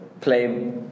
play